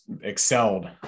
excelled